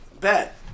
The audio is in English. Bet